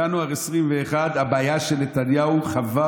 ינואר 2021: הבעיה היא שנתניהו חבר